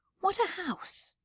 what a house!